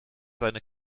seine